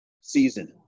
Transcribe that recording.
season